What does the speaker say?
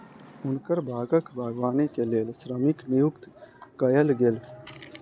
हुनकर बागक बागवानी के लेल श्रमिक नियुक्त कयल गेल